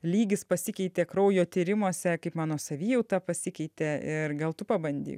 lygis pasikeitė kraujo tyrimuose kaip mano savijauta pasikeitė ir gal tu pabandyk